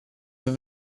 that